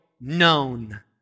known